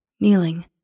Kneeling